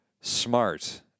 smart